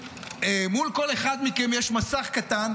מול כל אחד מכם יש מסך קטן,